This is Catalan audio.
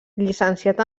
llicenciat